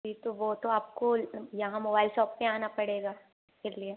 फिर तो वो तो आपको यहाँ मोबाईल शॉप पर आना पड़ेगा इस लिए